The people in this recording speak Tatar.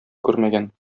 күрмәгән